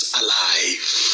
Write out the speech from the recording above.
alive